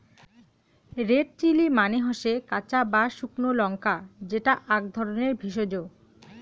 red chilli মানে হসে কাঁচা বা শুকনো লঙ্কা যেটা আক ধরণের ভেষজ